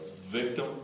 victim